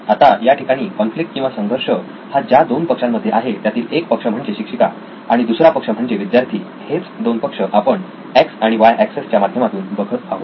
आता या ठिकाणी कॉन्फ्लिक्ट किंवा संघर्ष हा ज्या दोन पक्षांमध्ये आहे त्यातील एक पक्ष म्हणजे शिक्षिका आणि दुसरा पक्ष म्हणजे विद्यार्थी हेच दोन पक्ष आपण एक्स आणि Y axes X Y axes च्या माध्यमातून बघत आहोत